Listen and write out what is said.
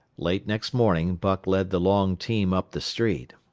late next morning buck led the long team up the street.